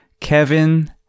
Kevin